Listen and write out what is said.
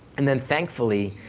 and then, thankfully,